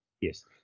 Yes